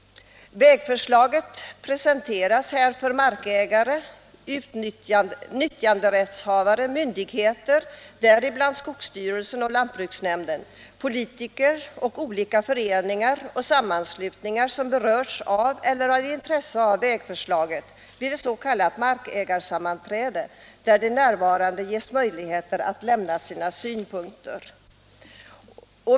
Vägförslaget presenteras härvid för markägare, nyttjanderättshavare, myndigheter — däribland skogsstyrelsen och lantbruksnämnden -— liksom för politiker och olika föreningar och sammanslutningar som berörs av eller har intresse av vägförslaget vid ett s.k. markägarsammanträde, där de närvarande ges möjligheter att lämna sina synpunkter.